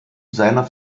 seiner